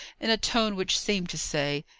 in a tone which seemed to say,